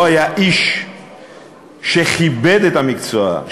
לא היה איש שכיבד את המקצוע,